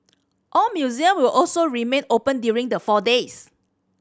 all museum will also remain open during the four days